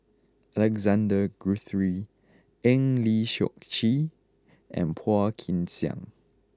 Alexander Guthrie Eng Lee Seok Chee and Phua Kin Siang